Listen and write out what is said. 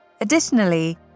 Additionally